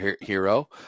hero